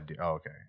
okay